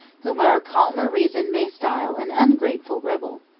whom our calmer reason may style an ungrateful rebel.